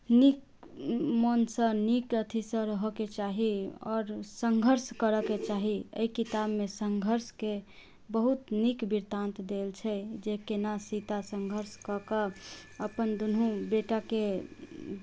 नीक मनसँ नीक अथीसँ रहऽके चाही आओर सङ्घर्ष करऽके चाहि अइ किताबमे सङ्घर्षके बहुत नीक वृतान्त देल छै जे कोना सीता सङ्घर्ष कऽके अपन दुनू बेटाके